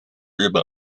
日本